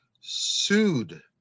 sued